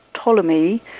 Ptolemy